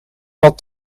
had